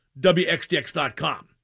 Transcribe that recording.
WXDX.com